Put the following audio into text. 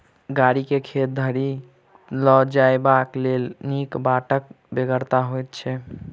गाड़ी के खेत धरि ल जयबाक लेल नीक बाटक बेगरता होइत छै